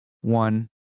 one